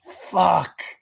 Fuck